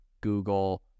Google